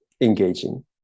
engaging